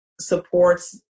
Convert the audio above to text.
supports